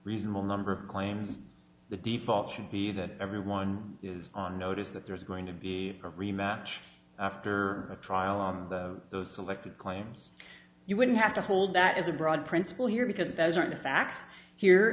reasonable number of claims the default should be that everyone is on notice that there is going to be a rematch after a trial on those selected claims you wouldn't have to hold that as a broad principle here because those are the facts here